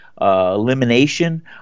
elimination